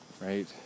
right